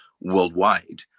worldwide